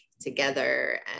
together